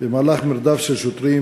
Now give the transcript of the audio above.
במהלך מרדף של שוטרים